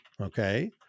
Okay